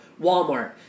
walmart